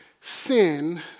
sin